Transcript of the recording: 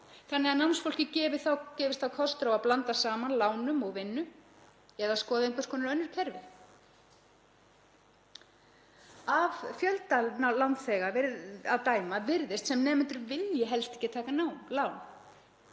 þannig að námsfólki gefist þá kostur á að blanda saman lánum og vinnu? Eða skoða einhvers konar önnur kerfi? Af fjölda lánþega að dæma virðast nemendur helst ekki vilja taka lán.